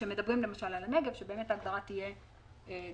כשמדברים למשל על הנגב שההגדרה תהיה דומה.